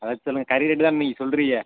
அதை சொல்லுங்க கறி ரேட்டு தான் நீங்க சொல்றீக